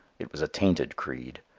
it was a tainted creed.